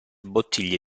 bottiglie